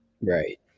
Right